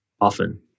Often